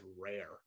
rare